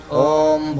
om